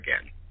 again